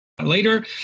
later